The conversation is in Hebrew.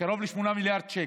קרוב ל-8 מיליארד שקל.